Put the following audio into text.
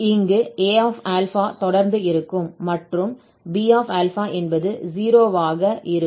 இங்கு Aα தொடர்ந்து இருக்கும் மற்றும் Bα என்பது 0 ஆக இருக்கும்